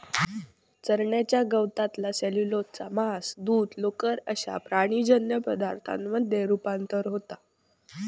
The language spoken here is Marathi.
चरण्याच्या गवतातला सेल्युलोजचा मांस, दूध, लोकर अश्या प्राणीजन्य पदार्थांमध्ये रुपांतर होता